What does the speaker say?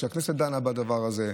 כשהכנסת דנה בדבר הזה,